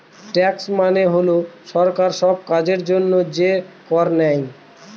tax মানে হল সরকার সব কাজের জন্য যে কর নেয়